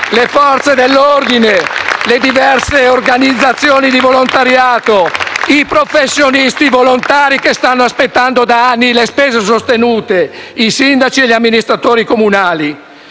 L-SP e M5S)*, le diverse organizzazioni di volontariato, i professionisti volontari che stanno aspettando da anni le spese sostenute, i sindaci e gli amministratori comunali.